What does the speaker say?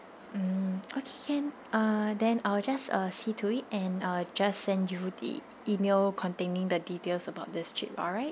mm okay can uh then I will just uh see to it and uh just sent you the email containing the details about this trip alright